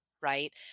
right